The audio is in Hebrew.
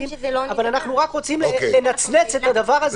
גם חושבים שזה --- אבל אנחנו רק רוצים לנצנץ את הדבר הזה.